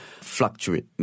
fluctuate